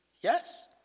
Yes